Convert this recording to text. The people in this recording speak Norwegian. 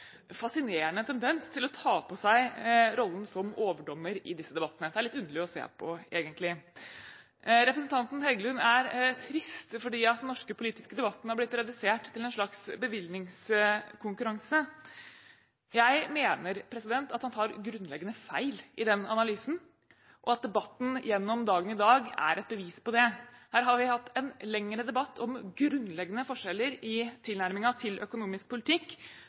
fascinerende tendens til å ta på seg rollen som overdommer i disse debattene. Det er egentlig litt underlig å se på. Representanten Heggelund er trist fordi den norske politiske debatten er blitt redusert til en slags bevilgningskonkurranse. Jeg mener at han tar grunnleggende feil i den analysen, og at debatten gjennom dagen i dag er et bevis på det. Her har vi hatt en lengre debatt om grunnleggende forskjeller i tilnærmingen til økonomisk politikk.